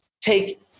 take